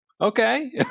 okay